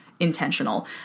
intentional